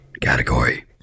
category